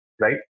right